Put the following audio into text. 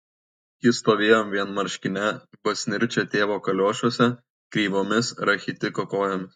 ji stovėjo vienmarškinė basnirčia tėvo kaliošuose kreivomis rachitiko kojomis